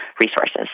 resources